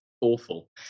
awful